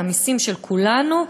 מהמסים של כולנו,